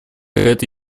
это